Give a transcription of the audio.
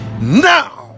Now